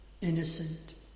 innocent